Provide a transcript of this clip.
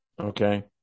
Okay